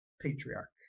patriarch